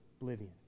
oblivion